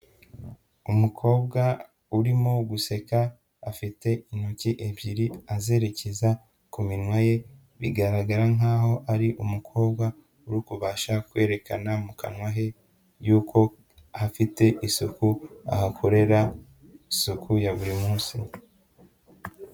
Umukobwa urimo guseka afite intoki ebyiri azerekeza ku minwa ye, bigaragara nkaho ari umukobwa uri kubasha kwerekana mu kanwa he yuko hafite isuku, ahakorera isuku ya buri munsi.